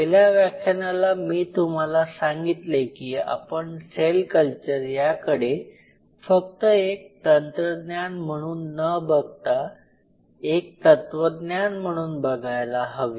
पहिल्या व्याख्यानाला मी तुम्हाला सांगितले की आपण सेल कल्चर याकडे फक्त एक तंत्रज्ञान म्हणून न बघता एक तत्त्वज्ञान म्हणून बघायला हवे